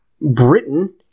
Britain